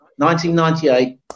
1998